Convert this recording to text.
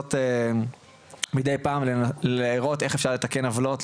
לנסות מדי פעם לראות כיצד אפשר לתקן עוולות,